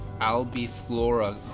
Albiflora